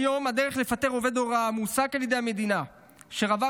כיום הדרך לפטר עובד הוראה המועסק על ידי המדינה אשר עבר